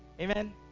Amen